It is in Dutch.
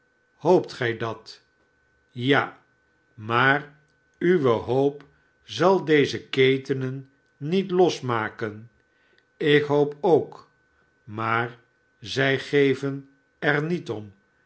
ahoopt gij dat ja maar uwe hoop zal deze ketenen niet losmaken ik hoop ook maar zi geven er niet om